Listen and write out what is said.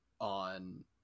on